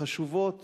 חשובות